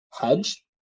hedge